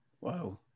Wow